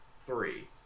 three